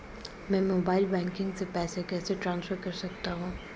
मैं mobile banking से पैसे कैसे ट्रांसफर कर सकता हूं?